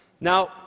Now